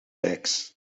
legs